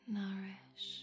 nourish